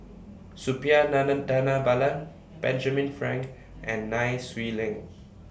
Suppiah Nana Dhanabalan Benjamin Frank and Nai Swee Leng